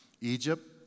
Egypt